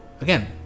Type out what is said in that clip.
again